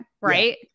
right